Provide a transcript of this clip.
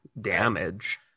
damage